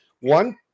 One